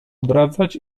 odradzać